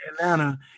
Atlanta